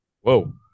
Whoa